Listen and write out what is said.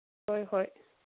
ꯍꯣꯏ ꯍꯣꯏ